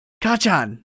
Kachan